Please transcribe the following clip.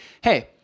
hey